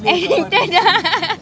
ஏன்:ean